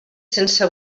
sense